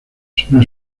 sobre